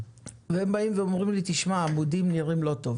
והם באים ואומרים לי: העמודים נראים לא טוב.